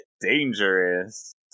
dangerous